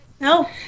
no